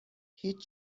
هیچ